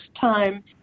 time